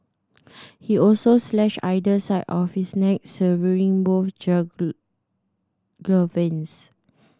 he also slashed either side of his neck severing both jugular veins